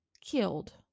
killed